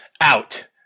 Out